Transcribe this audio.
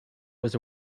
was